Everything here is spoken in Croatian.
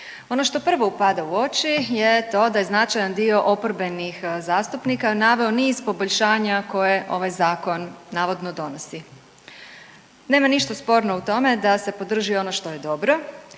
Ono što prvo upada u oči je to da je značajan dio oporbenih zastupnika naveo niz poboljšanja koje ovaj zakon navodno donosi. Nema ništa sporno u tome da se podrži ono što je dobro,